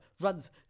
runs